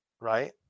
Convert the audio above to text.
right